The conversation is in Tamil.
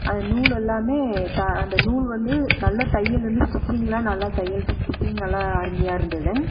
அது நூல் எல்லாமே த அந்த நூல் வந்து நல்லா தையல் வந்து ஸ்ட்ரிச்சிங்லாம் நல்லா தையல் ஸ்ட்ரிச் ஸ்ட்ரிச்சிங் நல்லா அருமையாக இருந்தது